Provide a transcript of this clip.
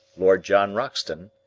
lord john roxton,